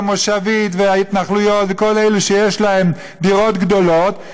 המושבית וההתנחלויות וכל אלה שיש להם דירות גדולות,